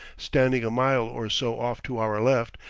standing a mile or so off to our left,